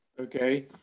okay